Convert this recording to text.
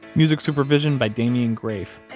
music supervision by damien graef.